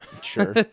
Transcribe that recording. Sure